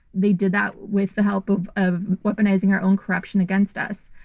they did that with the help of of weaponizing our own corruption against us.